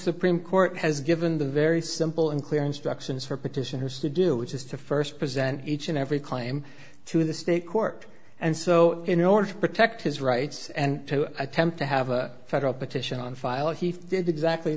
supreme court has given the very simple and clear instructions for petition has to do which is to first present each and every claim to the state court and so in order to protect his rights and to attempt to have a federal petition on file he did exactly